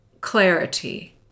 clarity